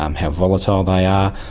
um how volatile they are,